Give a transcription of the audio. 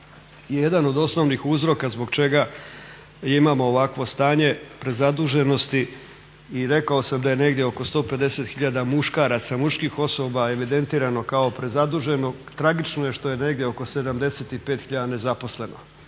jedan od osnovnih uzroka zbog čega imamo ovakvo stanje prezaduženosti i rekao sam da je negdje oko 150 tisuća muškaraca, muških osoba evidentirano kao prezaduženo. Tragično je što je negdje oko 75 tisuća nezaposleno.